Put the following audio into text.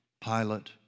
Pilate